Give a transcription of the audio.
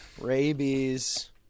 rabies